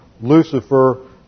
Lucifer